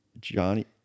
Johnny